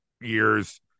years